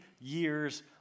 years